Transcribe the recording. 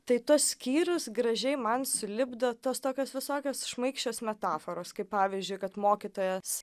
tai tas skyrius gražiai man sulipdo tos tokios visokios šmaikščios metaforos kaip pavyzdžiui kad mokytojas